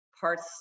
parts